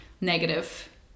negative